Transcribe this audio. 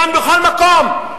גם בכל מקום,